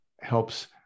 helps